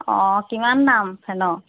অঁ কিমান দাম ফেনৰ